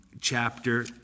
chapter